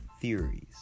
theories